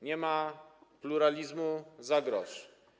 Nie ma pluralizmu za grosz.